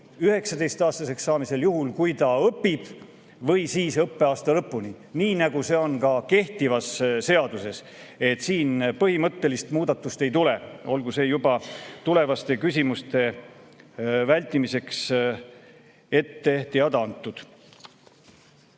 19‑aastaseks saamisel, juhul kui ta õpib, või siis õppeaasta lõpul, nii nagu see on kehtivas seaduses. Siin põhimõttelist muudatust ei tule, olgu see juba tulevaste küsimuste vältimiseks ette teada antud.